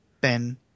Ben